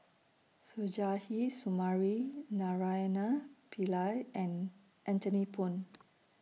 Suzairhe Sumari Naraina Pillai and Anthony Poon